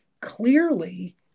clearly